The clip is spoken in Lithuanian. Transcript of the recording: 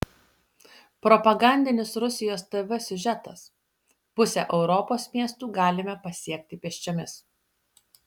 propagandinis rusijos tv siužetas pusę europos miestų galime pasiekti pėsčiomis